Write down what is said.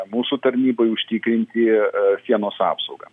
mūsų tarnybai užtikrinti sienos apsaugą